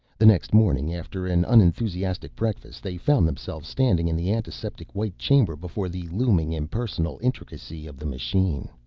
the next morning, after an unenthusiastic breakfast, they found themselves standing in the antiseptic-white chamber, before the looming, impersonal intricacy of the machine.